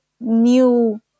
new